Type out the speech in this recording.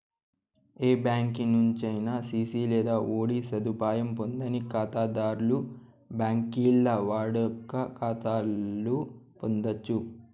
ఏ బ్యాంకి నుంచైనా సిసి లేదా ఓడీ సదుపాయం పొందని కాతాధర్లు బాంకీల్ల వాడుక కాతాలు పొందచ్చు